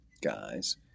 guys